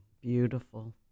Beautiful